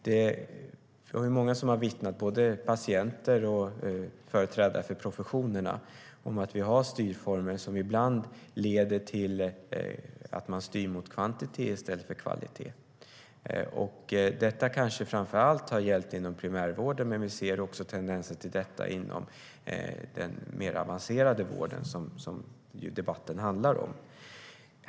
Det är många, både patienter och företrädare för professionerna, som har vittnat om att vi har styrformer som ibland leder till att man styr mot kvantitet i stället för kvalitet. Detta kanske har gällt framför allt inom primärvården, men vi ser också tendenser till detta inom den mer avancerade vården, som debatten handlar om.